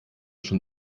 schon